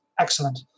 excellent